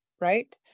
right